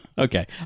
okay